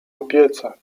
opiece